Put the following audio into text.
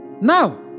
Now